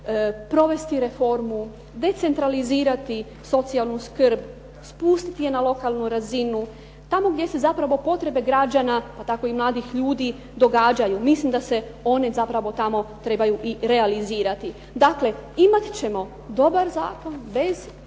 provesti reformu, decentralizirati socijalnu skrb, spustiti je na lokalnu razinu tamo gdje su zapravo potrebe građana pa tako i mladih ljudi događaju. Mislim da se one zapravo tamo trebaju i realizirati. Dakle, imat ćemo dobar zakon bez